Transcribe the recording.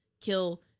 kill